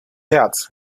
hertz